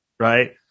right